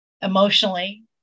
emotionally